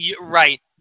Right